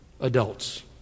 adults